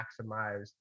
maximized